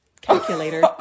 calculator